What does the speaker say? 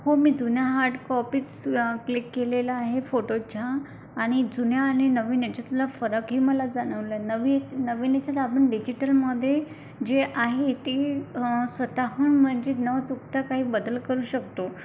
हो मी जुन्या हार्डकॉपीस क्लिक केलेला आहे फोटोच्या आणि जुन्या आणि नवीन याच्यातला फरकही मला जाणवलं नवी नवीन याच्यात आपण डिजिटलमध्ये जे आहे ते स्वतःहून म्हणजे न चुकता काही बदल करू शकतो